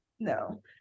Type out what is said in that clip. No